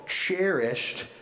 cherished